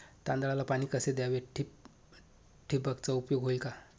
तांदळाला पाणी कसे द्यावे? ठिबकचा उपयोग होईल का?